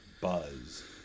buzz